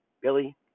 Billy